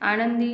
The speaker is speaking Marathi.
आनंदी